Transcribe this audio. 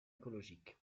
écologique